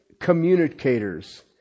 communicators